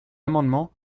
amendements